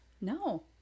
No